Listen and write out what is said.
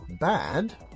bad